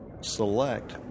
select